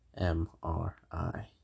MRI